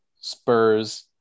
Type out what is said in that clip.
spurs